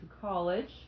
college